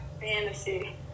fantasy